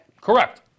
Correct